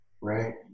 Right